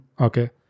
Okay